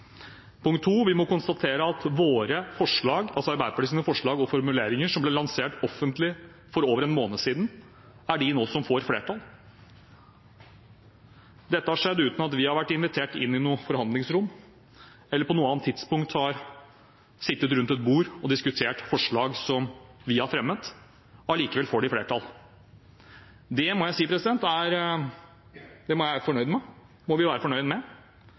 forslag og formuleringer som ble lansert offentlig for over en måned siden, er de som nå får flertall. Dette har skjedd uten at vi har vært invitert inn i noe forhandlingsrom eller på noe annet tidspunkt har sittet rundt et bord og diskutert forslag som vi har fremmet. Allikevel får de flertall. Det må vi være fornøyd med, og jeg vil understreke at det